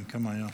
בן כמה הוא היה?